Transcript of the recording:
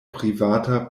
privata